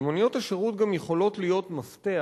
ומוניות השירות גם יכולות להיות מפתח